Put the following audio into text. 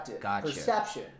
perception